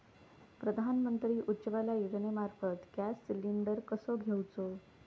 प्रधानमंत्री उज्वला योजनेमार्फत गॅस सिलिंडर कसो घेऊचो?